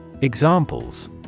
Examples